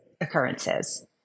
occurrences